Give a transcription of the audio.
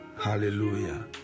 Hallelujah